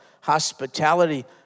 Hospitality